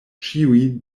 ĉiuj